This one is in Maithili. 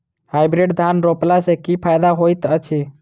हाइब्रिड धान रोपला सँ की फायदा होइत अछि?